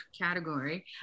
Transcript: category